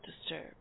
disturb